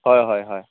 হয় হয় হয়